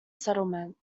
settlement